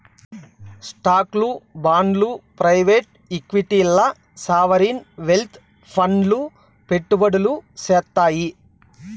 స్టాక్లు, బాండ్లు ప్రైవేట్ ఈక్విటీల్ల సావరీన్ వెల్త్ ఫండ్లు పెట్టుబడులు సేత్తాయి